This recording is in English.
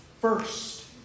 first